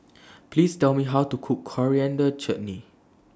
Please Tell Me How to Cook Coriander Chutney